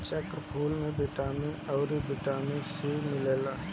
चक्रफूल में vitamin A अउरी बिटामिन सी मिलेला